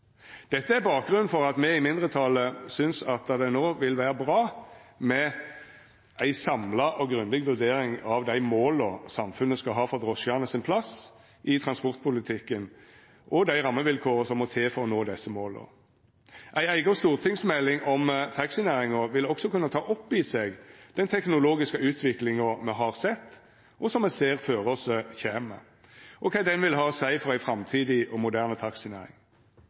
Dette er bakgrunnen for at me i mindretalet synest at det no vil vera bra med ei samla og grundig vurdering av dei måla samfunnet skal ha for drosjane sin plass i transportpolitikken, og dei rammevilkåra som må til for å nå desse måla. Ei eiga stortingsmelding om taxinæringa vil også kunna ta opp i seg den teknologiske utviklinga me har sett, og som me ser føre oss kjem, og kva ho vil ha å seia for ei framtidig og moderne taxinæring.